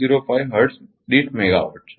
005 hertz દીઠ megawatt છે